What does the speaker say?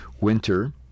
winter